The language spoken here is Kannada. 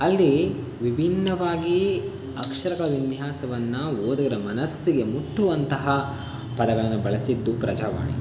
ಅಲ್ಲಿ ವಿಭಿನ್ನವಾಗಿ ಅಕ್ಷರಗಳ ವಿನ್ಯಾಸವನ್ನು ಓದುಗರ ಮನಸ್ಸಿಗೆ ಮುಟ್ಟುವಂತಹ ಪದಗಳನ್ನು ಬಳಸಿದ್ದು ಪ್ರಜಾವಾಣಿ